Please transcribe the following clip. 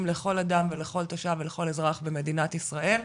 לכל אדם ולכל תושב ולכל אזרח במדינת ישראל.